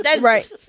Right